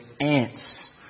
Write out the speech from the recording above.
ants